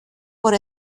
por